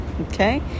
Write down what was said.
okay